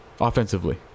offensively